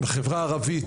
בחברה הערבית,